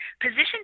position